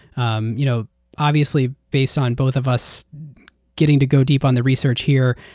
um you know obviously, based on both of us getting to go deep on the research here,